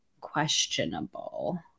questionable